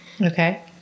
Okay